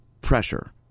pressure